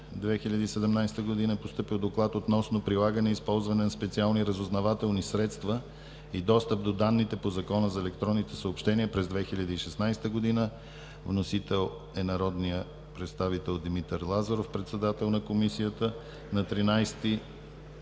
2017 г. е постъпил Доклад относно прилагане и използване на специални разузнавателни средства и достъп до данните по Закона за електронните съобщения през 2016 г. Вносител: народният представител Димитър Лазаров – председател на Комисията. На 13